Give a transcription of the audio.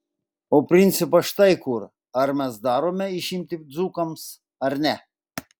o principas štai kur ar mes darome išimtį dzūkams ar ne